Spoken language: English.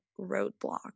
roadblock